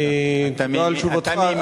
תודה על תשובתך.